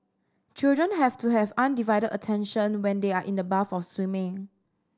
children have to have undivided attention when they are in the bath of swimming